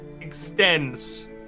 extends